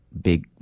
big